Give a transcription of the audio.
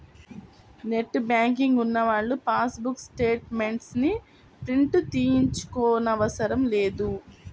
net banking ఉన్నవాళ్ళు passbook statements ని print తీయించుకోనవసరం లేదు